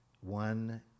one